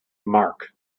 mark